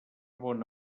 bon